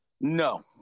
No